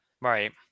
Right